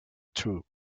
truth